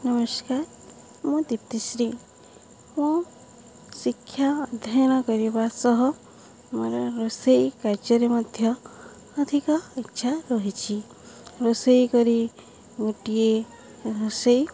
ନମସ୍କାର ମୁଁ ଦୀପ୍ତିଶ୍ରୀ ମୁଁ ଶିକ୍ଷା ଅଧ୍ୟୟନ କରିବା ସହ ମୋର ରୋଷେଇ କାର୍ଯ୍ୟରେ ମଧ୍ୟ ଅଧିକ ଇଚ୍ଛା ରହିଛି ରୋଷେଇ କରି ଗୋଟିଏ ରୋଷେଇ